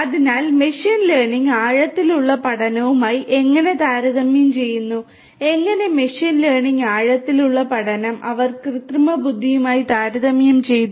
അതിനാൽ machine learning ആഴത്തിലുള്ള പഠനവുമായി എങ്ങനെ താരതമ്യം ചെയ്യുന്നു എങ്ങനെ മെഷീൻ ലേണിംഗ് ആഴത്തിലുള്ള പഠനം അവർ കൃത്രിമ ബുദ്ധിയുമായി താരതമ്യം ചെയ്തു